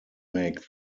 make